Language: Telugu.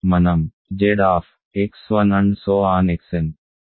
X n లేదా R X1